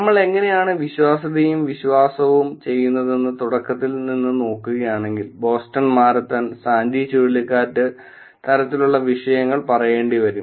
നമ്മൾ എങ്ങനെയാണ് വിശ്വാസ്യതയും വിശ്വാസവും ചെയ്യുന്നതെന്ന് തുടക്ക ത്തിൽ നിന്ന് നോക്കുകയാണെകിൽ ബോസ്റ്റൺ മാരത്തൺ സാൻഡി ചുഴലിക്കാറ്റ് തരത്തിലുള്ള വിഷയങ്ങൾ പറയേണ്ടി വരും